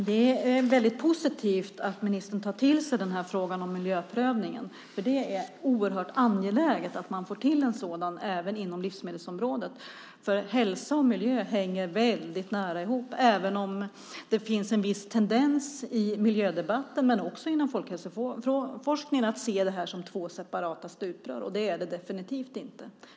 Herr talman! Det är positivt att ministern tar till sig frågan om miljöprövningen. Det är oerhört angeläget att få till en sådan även inom livsmedelsområdet. Hälsa och miljö hänger nära ihop, även om det finns en viss tendens i miljödebatten men också inom folkhälsoforskningen att se detta som två separata stuprör. Det är det definitivt inte.